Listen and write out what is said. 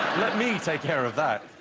let me take care of that.